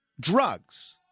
Drugs